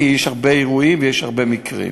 כי יש הרבה אירועים ויש הרבה מקרים.